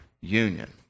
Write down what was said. union